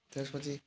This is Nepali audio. त्यसपछि